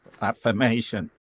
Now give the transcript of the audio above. affirmation